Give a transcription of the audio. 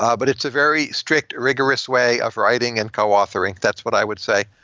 um but it's a very strict, rigorous way of writing and co-authoring. that's what i would say.